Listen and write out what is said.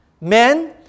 Men